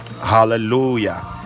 hallelujah